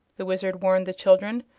the wizard warned the children,